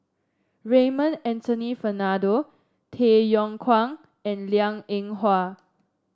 Raymond Anthony Fernando Tay Yong Kwang and Liang Eng Hwa